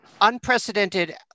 unprecedented